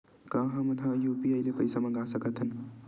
का हमन ह यू.पी.आई ले पईसा मंगा सकत हन?